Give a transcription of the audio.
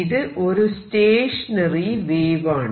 ഇത് ഒരു stationary wave ആണ്